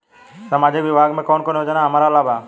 सामाजिक विभाग मे कौन कौन योजना हमरा ला बा?